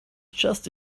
just